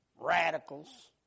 radicals